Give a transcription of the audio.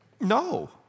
No